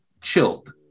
chilled